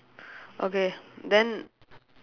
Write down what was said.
okay then